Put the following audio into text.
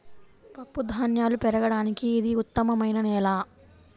పప్పుధాన్యాలు పెరగడానికి ఇది ఉత్తమమైన నేల